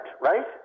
right